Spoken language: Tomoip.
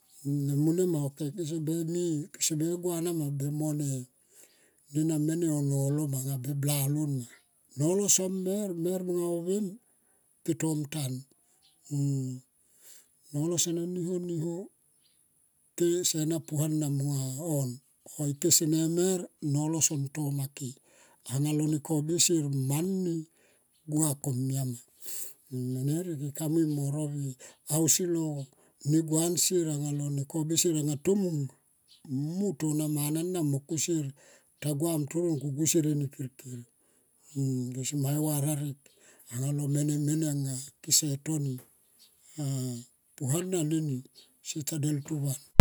Ne mo nia ma ok kese be mi gua na ma se be mi na mene molo blalon. Nolo sene mer, mer mong a ovem ketom tan. Nolo sonon ni ho niho ke se na puana on kesenemer nolo son toma ke anga lo ne koble sier mani gua komia ma ike kamui mo ro vie asilo ne gue ansier anga tomung tona mana na mo kusier eni kir kir narek alo ne mene mene ke se toni pua na neni sieta deltu van.